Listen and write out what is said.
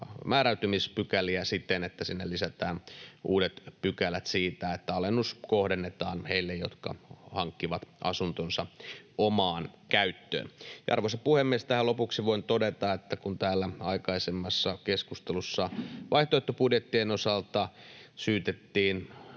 määräytymispykäliä siten, että sinne lisätään uudet pykälät siitä, että alennus kohdennetaan heille, jotka hankkivat asuntonsa omaan käyttöön. Arvoisa puhemies! Tähän lopuksi voin todeta, että kun täällä aikaisemmassa keskustelussa vaihtoehtobudjettien osalta syytettiin